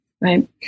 right